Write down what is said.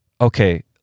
okay